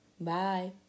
Bye